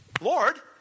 Lord